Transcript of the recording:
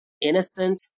Innocent